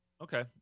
Okay